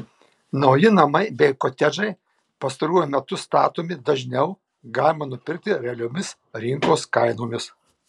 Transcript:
nauji namai bei kotedžai pastaruoju metu statomi dažniau galima nupirkti realiomis rinkos kainomis